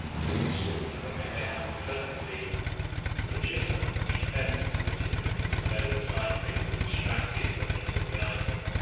to an assault, when they may have a perfectly legitimate defence to it, in that it was an oversight, they were distracted when they took the item,